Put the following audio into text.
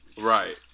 Right